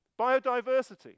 Biodiversity